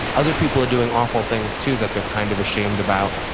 other people are doing awful things too that they're kind of ashamed about.